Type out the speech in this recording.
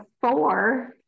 four